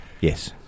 Yes